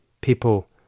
people